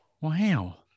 Wow